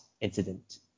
incident